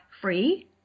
free